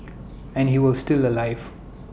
and he was still alive